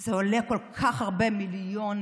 זה עולה כל כך הרבה מיליונים,